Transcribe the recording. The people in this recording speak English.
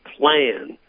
plan